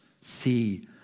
see